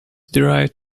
derived